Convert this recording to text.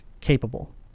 capable